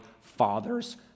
father's